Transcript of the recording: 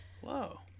Whoa